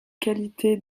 qualités